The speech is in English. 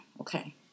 Okay